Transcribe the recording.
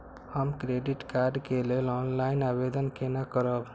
हम credit card के लेल ऑनलाइन आवेदन केना करब?